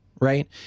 right